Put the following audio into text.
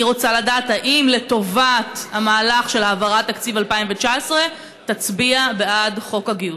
אני רוצה לדעת אם לטובת המהלך של העברת תקציב 2019 תצביע בעד חוק הגיוס.